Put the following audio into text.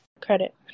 credit